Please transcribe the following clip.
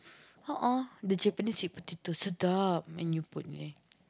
oh oh the Japanese sweet potato Sedap and you put in there